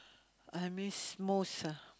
I miss most ah